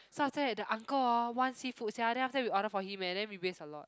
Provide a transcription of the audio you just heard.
so after that the uncle hor want seafood sia then after we order for him eh then we waste a lot